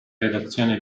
redazione